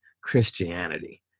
Christianity